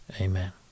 Amen